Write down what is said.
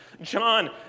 John